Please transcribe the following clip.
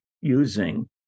using